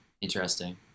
Interesting